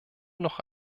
noch